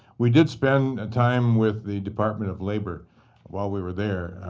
we did spend a time with the department of labor while we were there.